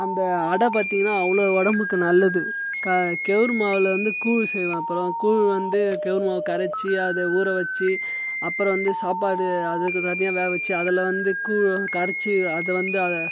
அந்த அடை பார்த்தீங்கன்னா அவ்வளவு உடம்புக்கு நல்லது க கெவுரு மாவில் வந்து கூல் செய்வாங்க அப்புறம் கூல் வந்து கெவுரு மாவை கரைச்சி அதை ஊறவச்சி அப்புறம் வந்து சாப்பாடு அதுக்கு தனியாக வேக வச்சி அதில் வந்து கூழ் கரைத்து அதை வந்து அதை